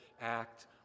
act